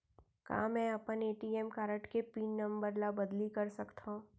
का मैं अपन ए.टी.एम कारड के पिन नम्बर ल बदली कर सकथव?